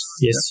Yes